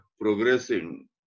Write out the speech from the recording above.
progressing